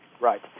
Right